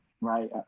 right